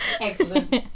Excellent